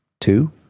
Two